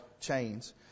chains